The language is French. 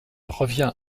revient